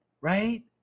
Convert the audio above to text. right